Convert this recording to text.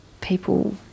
people